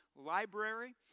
library